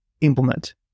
implement